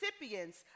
recipients